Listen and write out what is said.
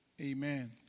Amen